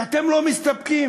ואתם לא מסתפקים.